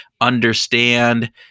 understand